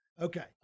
Okay